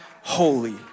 holy